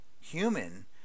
human